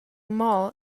mall